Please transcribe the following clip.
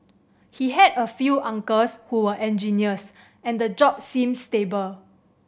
he had a few uncles who were engineers and the job seems stable